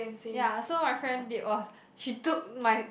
ya so my friend did was she took my